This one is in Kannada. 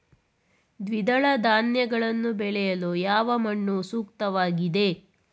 ದ್ವಿದಳ ಧಾನ್ಯಗಳನ್ನು ಬೆಳೆಯಲು ಯಾವ ಮಣ್ಣು ಸೂಕ್ತವಾಗಿದೆ?